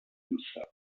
himself